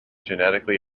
genetically